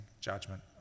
judgment